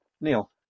Neil